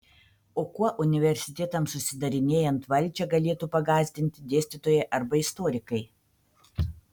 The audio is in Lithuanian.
o kuo universitetams užsidarinėjant valdžią galėtų pagąsdinti dėstytojai arba istorikai